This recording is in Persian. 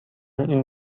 این